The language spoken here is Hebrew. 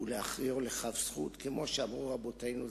ולהכריעו לכף זכות כמו שאמרו רבותינו ז"ל: